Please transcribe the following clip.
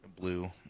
Blue